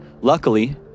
luckily